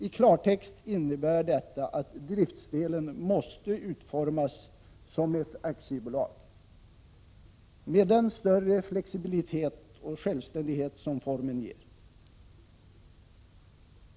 I klartext innebär detta att driftsdelen måste utformas som ett aktiebolag, med den större flexibilitet och självständighet som den formen ger.